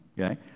Okay